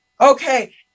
Okay